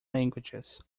languages